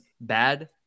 Bad